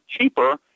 cheaper